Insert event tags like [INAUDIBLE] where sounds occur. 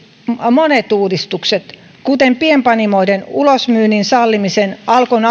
monet uudistukset kuten pienpanimoiden ulosmyynnin sallimisen alkon [UNINTELLIGIBLE]